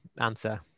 answer